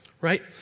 right